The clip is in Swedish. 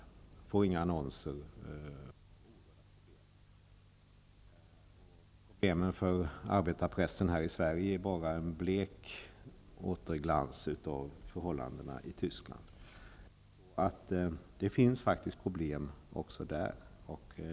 Pressen får inga annonser exempelvis. Problemen för arbetarpressen här i Sverige är bara en blek återglans av förhållandena i Tyskland. Det finns alltså problem också där.